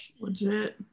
legit